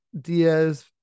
Diaz